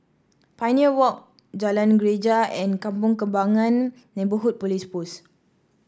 Pioneer Walk Jalan Greja and Kampong Kembangan Neighbourhood Police Post